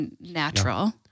natural